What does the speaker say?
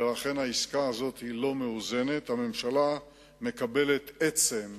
ולכן העסקה הזאת לא מאוזנת, מקבלת עצם,